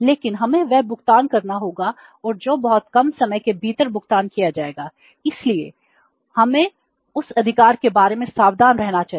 लेकिन हमें वह भुगतान करना होगा और जो बहुत कम समय के भीतर भुगतान किया जाएगा इसलिए हमें उस अधिकार के बारे में सावधान रहना चाहिए